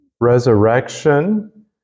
resurrection